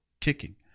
kicking